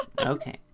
Okay